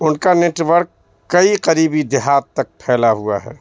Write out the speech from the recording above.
ان کا نیٹورک کئی قریبی دیہات تک پھیلا ہوا ہے